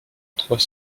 trois